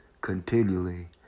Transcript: continually